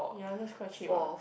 ya that's quite cheap what